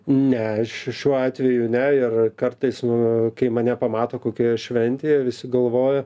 ne aš šiuo atveju ne ir kartais nu kai mane pamato kokioj šventėje visi galvojo